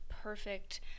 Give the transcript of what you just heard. perfect